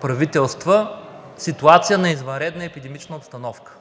правителства ситуация на извънредна епидемична обстановка.